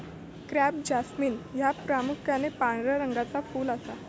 crape jasmine ह्या प्रामुख्यान पांढऱ्या रंगाचा फुल असा